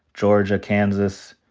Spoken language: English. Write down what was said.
georgia, kansas,